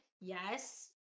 Yes